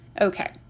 Okay